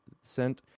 sent